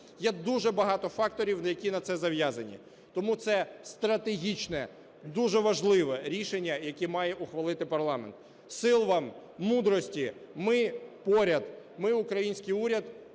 Є дуже багато факторів, які на це зав'язані, тому це стратегічне, дуже важливе рішення, яке має ухвалити парламент. Сил вам, мудрості! Ми поряд, ми, український уряд,